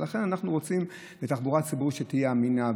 לכן אנחנו רוצים שהתחבורה הציבורית תהיה אמינה,